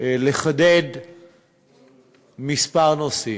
לחדד כמה נושאים.